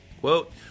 quote